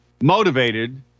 motivated